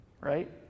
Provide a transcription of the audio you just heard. Right